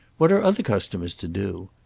what are other customers to do?